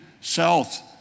south